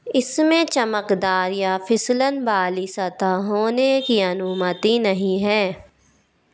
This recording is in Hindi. इसमें चमकदार या फिसलन वाली सतह होने की अनुमति नहीं है